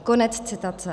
Konec citace.